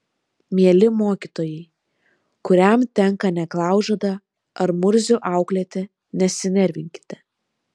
mieli mokytojai kuriam tenka neklaužadą ar murzių auklėti nesinervinkite